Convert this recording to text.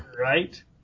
Right